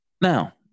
now